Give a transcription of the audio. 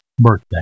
birthday